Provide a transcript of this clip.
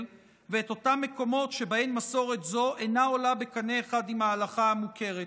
ואת אותם מקומות שבהם מסורת זו אינה עולה בקנה אחד עם ההלכה המוכרת.